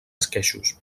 esqueixos